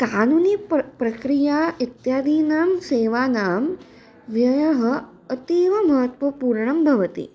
कानूनी प प्रक्रिया इत्यादीनां सेवानां व्ययः अतीवमहत्वपूर्णं भवति